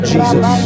Jesus